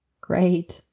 great